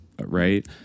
right